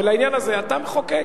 לעניין הזה אתה מחוקק,